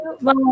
Bye